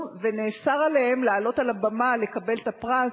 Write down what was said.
ונאסר עליהן לעלות על הבמה לקבל את הפרס,